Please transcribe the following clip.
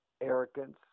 arrogance